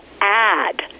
add